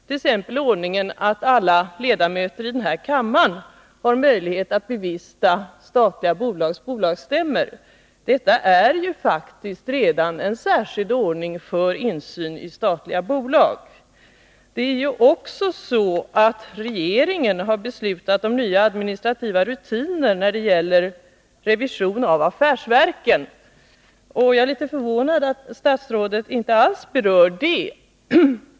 Som exempel kan nämnas ordningen att alla ledamöter i denna kammare har möjlighet att bevista statliga bolags bolagsstämmor. Detta är en särskild ordning för insyn i statliga bolag. Det är också så att regeringen har beslutat om nya administrativa rutiner när det gäller revision av affärsverken. Jag är litet förvånad över att statsrådet inte alls berör denna punkt.